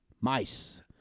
mice